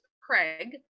Craig